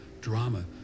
drama